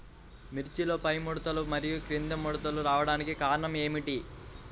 మిర్చిలో పైముడతలు మరియు క్రింది ముడతలు రావడానికి కారణం ఏమిటి?